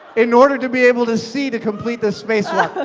in order to be able to see to complete the spacewalk.